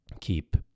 keep